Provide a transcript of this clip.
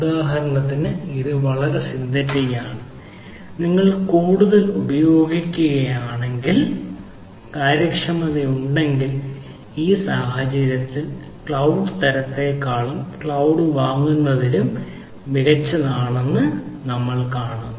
ഉദാഹരണത്തിന് ഇത് വളരെ സിന്തറ്റിക് ആണ് നിങ്ങൾ കൂടുതൽ ഉപയോഗത്തിലാണെങ്കിൽ കാര്യക്ഷമത ഉണ്ടെങ്കിൽ ഈ സാഹചര്യത്തിൽ ക്ലൌഡ് തരത്തേക്കാളും ക്ലൌഡ് വാങ്ങുന്നതിനേക്കാളും മികച്ചതാണ് ഇൻ ഹൌസ് എന്ന് കാണിക്കുന്നു